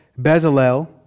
Bezalel